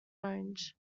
orange